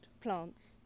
plants